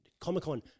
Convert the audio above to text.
comic-con